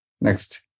Next